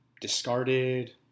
discarded